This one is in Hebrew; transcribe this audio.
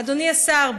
אדוני השר,